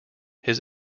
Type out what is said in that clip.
his